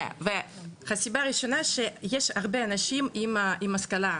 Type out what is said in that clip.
הסיבה הראשונה היא שיש הרבה אנשים עם השכלה,